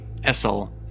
Essel